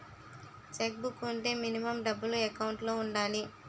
Check book వుంటే minimum డబ్బులు account లో ఉండాలి?